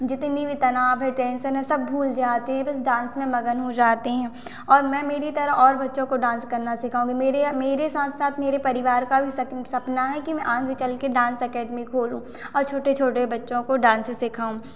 जितनी भी तनाव है टेंसन है सब भूल जाते हैं बस डांस में मगन हो जाते हैं और मैं मेरी तरह और बच्चों को डांस करना सिखाऊँगी मेरे अ मेरे साथ साथ मेरे परिवार का भी सप सपना है कि मैं आगे चल कर डांस एकेडमी खोलूँ और छोटे छोटे बच्चों को डांस सिखाऊँ